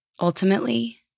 ultimately